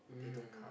mm